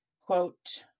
Quote